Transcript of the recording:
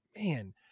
man